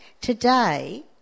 today